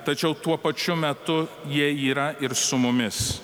tačiau tuo pačiu metu jie yra ir su mumis